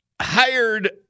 hired